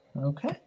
Okay